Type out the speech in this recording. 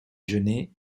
genêts